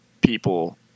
people